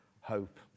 hope